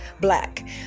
Black